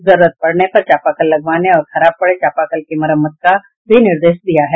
जरूरत पड़ने पर चापाकल लगवाने और खराब पड़े चापाकल की मरम्मत का निर्देश दिया है